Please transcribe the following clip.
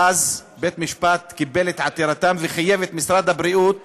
ואז בית-משפט קיבל את עתירתם וחייב את משרד הבריאות